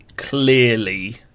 clearly